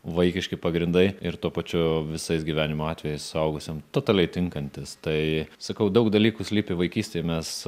vaikiški pagrindai ir tuo pačiu visais gyvenimo atvejais suaugusiam totaliai tinkantys tai sakau daug dalykų slypi vaikystėj mes